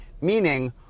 meaning